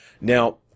Now